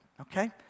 okay